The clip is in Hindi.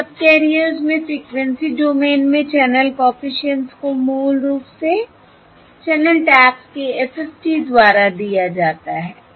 तो सबकैरियर्स में फ़्रीक्वेंसी डोमेन में चैनल कॉफिशिएंट्स को मूल रूप से चैनल टैप्स के FFT द्वारा दिया जाता है